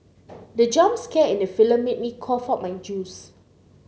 the jump scare in the film made me cough out my juice